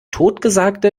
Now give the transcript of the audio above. totgesagte